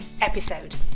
episode